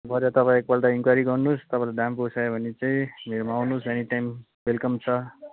बजार तपाईँ एकपल्ट इनक्वाइरी गर्नुहोस् तपाईँलाई दाम पोसायो भने चाहिँ मेरोमा आउनुहोस् एनिटाइम वेलकम छ